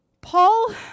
Paul